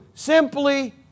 simply